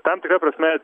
tam tikra prasme